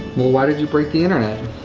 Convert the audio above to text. well why did you break the internet?